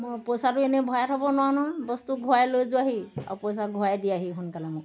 মই পইচাটো এনেই ভৰাই থ'ব নোৱাৰোঁ নহয় বস্তু ঘূৰাই লৈ যোৱাহি আৰু পইচা ঘূৰাই দিয়াহি সোনকালে মোক